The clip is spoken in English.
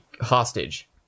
hostage